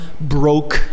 broke